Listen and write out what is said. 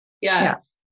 Yes